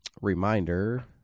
Reminder